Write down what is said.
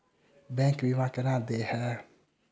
Bank बीमा केना देय है?